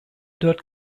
dört